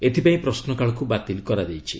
ଏଥିପାଇଁ ପ୍ରଶ୍ନକାଳକୁ ବାତିଲ କରାଯାଇଛି